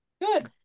Good